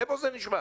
איפה זה נשמע?